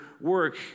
work